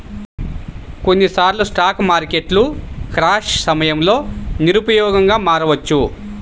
కొన్నిసార్లు స్టాక్ మార్కెట్లు క్రాష్ సమయంలో నిరుపయోగంగా మారవచ్చు